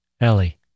Ellie